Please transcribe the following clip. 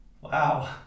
Wow